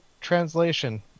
translation